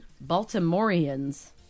Baltimoreans